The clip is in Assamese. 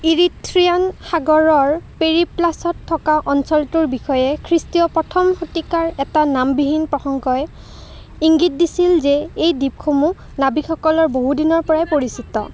ইৰিথ্ৰিয়ান সাগৰৰ পেৰিপ্লাছত থকা অঞ্চলটোৰ বিষয়ে খ্ৰীষ্টীয় প্ৰথম শতিকাৰ এটা নামবিহীন প্ৰসংগই ইংগিত দিছিল যে এই দ্বীপসমূহ নাৱিকসকলৰ বহুদিনৰ পৰাই পৰিচিত